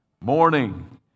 morning